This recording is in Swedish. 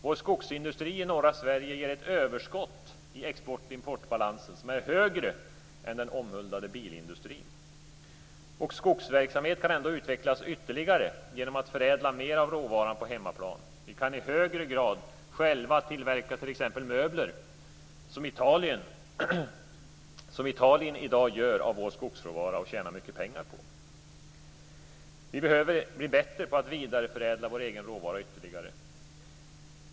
Vår skogsindustri i norra Sverige ger ett överskott i export/importbalansen som är högre än den omhuldade bilindustrins. Ändå kan skogsverksamheten utvecklas ytterligare genom att vi förädlar mer av råvaran på hemmaplan. Vi kan i högre grad själva tillverka t.ex. möbler, som Italien i dag gör av vår skogsråvara och tjänar mycket pengar på. Vi behöver bli bättre på att vidareförädla vår egen råvara ytterligare.